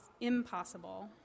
impossible